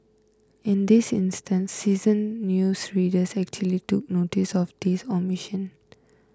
in this instance seasoned news readers actually took noticed of this omission